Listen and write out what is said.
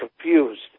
confused